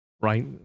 right